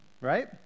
right